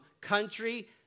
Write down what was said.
country